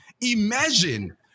imagine